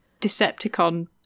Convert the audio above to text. Decepticon